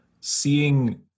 Seeing